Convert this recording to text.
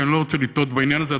כי אני לא רוצה לטעות בעניין הזה,